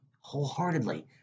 wholeheartedly